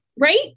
Right